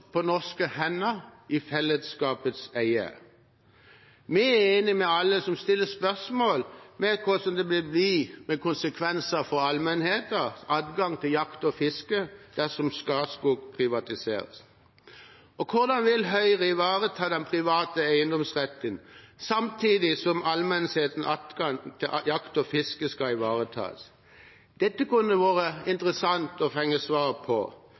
på norske hender, i fellesskapets eie. Vi er enige med alle som stiller spørsmål ved hva som vil bli konsekvensene for allmennhetens adgang til jakt og fiske dersom Statskog privatiseres. Og hvordan vil Høyre ivareta den private eiendomsretten samtidig som allmennhetens adgang til jakt og fiske skal ivaretas? Dette kunne det vært interessant å få svar på.